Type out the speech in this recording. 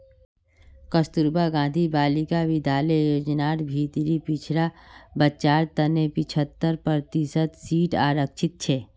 कस्तूरबा गांधी बालिका विद्यालय योजनार भीतरी पिछड़ा बच्चार तने पिछत्तर प्रतिशत सीट आरक्षित छे